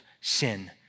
sin